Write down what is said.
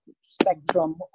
spectrum